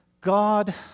God